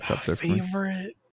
favorite